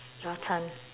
your turn